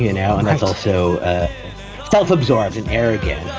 you know. and that's also a self-absorbed and arrogant